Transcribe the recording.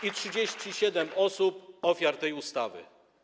I 37 osób - ofiar tej ustawy.